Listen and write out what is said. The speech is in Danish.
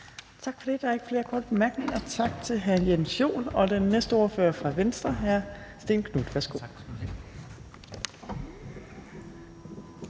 Tak for det. Der er ikke flere korte bemærkninger. Tak til hr. Jens Joel, og den næste ordfører er fra Venstre, hr. Stén Knuth. Værsgo.